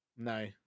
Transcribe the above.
No